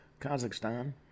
Kazakhstan